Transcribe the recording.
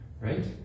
right